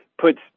puts